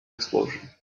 explosion